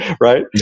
right